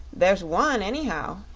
there's one, anyhow,